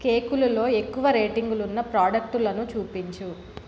కేకులులో ఎక్కువ రేటింగులున్న ప్రాడక్టులను చూపించు